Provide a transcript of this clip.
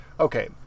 Okay